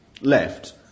left